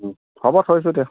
হ'ব থৈছোঁ এতিয়া